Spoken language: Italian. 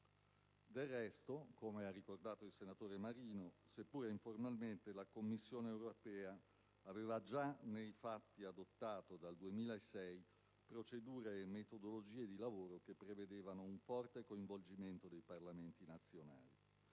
Del resto - come ha ricordato il senatore Mauro Maria Marino - seppure informalmente la Commissione europea dal 2006 aveva già nei fatti adottato procedure e metodologie di lavoro che prevedevano un forte coinvolgimento dei Parlamenti nazionali,